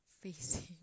facing